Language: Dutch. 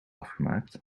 afgemaakt